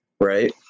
right